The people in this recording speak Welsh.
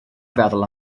feddwl